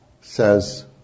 says